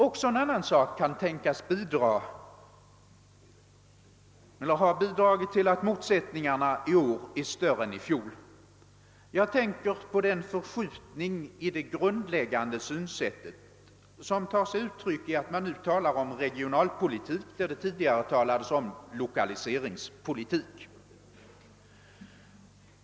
Även en annan sak kan tänkas ha bidragit till att motsättningarna i år är större än i fjol. Jag tänker på den förskjutning i det grundläggande synsättet som tar sig uttryck i att man nu talar om regionalpolitik där det tidigare talades om lokaliseringspolitik.